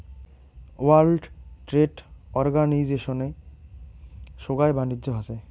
world trade অর্গানিজশনে সোগাই বাণিজ্য হসে